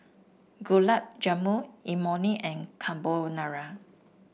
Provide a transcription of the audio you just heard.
Gulab Jamun Imoni and Carbonara